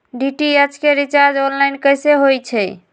DTH के recharge online कैसे होईछई?